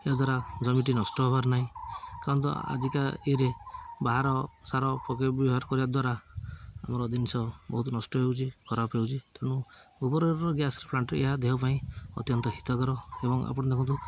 ଏହା ଦ୍ୱାରା ଜମିଟି ନଷ୍ଟ ହବାର ନାହିଁ କାରଣ ତ ଆଜିକା ଇଏରେ ବାହାର ସାର ପକେଇ ବ୍ୟବହାର କରିବା ଦ୍ୱାରା ଆମର ଜିନିଷ ବହୁତ ନଷ୍ଟ ହେଉଛି ଖରାପ ହେଉଛି ତେଣୁ ଗୋବରର ଗ୍ୟାସ ପ୍ଳାଣ୍ଟ ଏହା ଦେହ ପାଇଁ ଅତ୍ୟନ୍ତ ହିତକର ଏବଂ ଆପଣ ଦେଖନ୍ତୁ